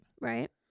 Right